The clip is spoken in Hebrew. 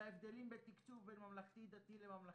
בהבדלים בתקצוב בין ממלכתי דתי לממלכתי,